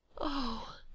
Oh